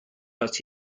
das